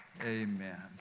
Amen